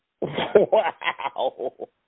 Wow